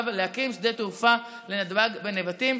להקים שדה תעופה נוסף על נתב"ג בנבטים.